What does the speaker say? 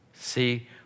See